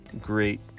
great